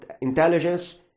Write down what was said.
intelligence